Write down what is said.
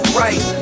right